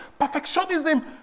Perfectionism